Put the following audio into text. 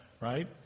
right